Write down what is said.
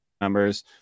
numbers